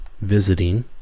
visiting